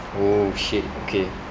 oh shit okay